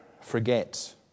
Forget